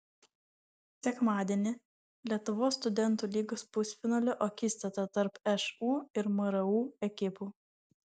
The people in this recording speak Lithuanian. sekmadienį lietuvos studentų lygos pusfinalio akistata tarp šu ir mru ekipų